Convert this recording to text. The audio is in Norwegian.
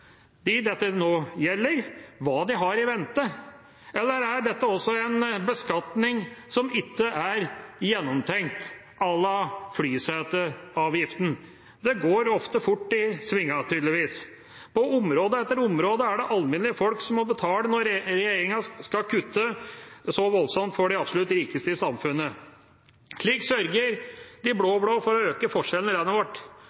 de har i vente. Eller er dette også en beskatning som ikke er gjennomtenkt – à la flyseteavgiften? Det går ofte fort i svingene, tydeligvis. På område etter område er det alminnelige folk som må betale når regjeringa skal kutte så voldsomt for de absolutt rikeste i samfunnet. Slik sørger de blå-blå for å øke forskjellene i landet vårt.